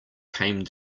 came